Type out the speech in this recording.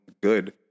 good